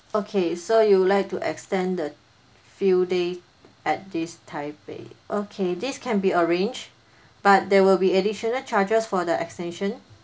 okay so you would like to extend the few day at this taipei okay this can be arranged but there will be additional charges for the extension